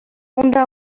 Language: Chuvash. унта